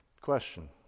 Question